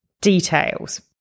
details